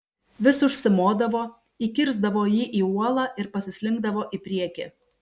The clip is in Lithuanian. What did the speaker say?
vis užsimodavo įkirsdavo jį į uolą ir pasislinkdavo į priekį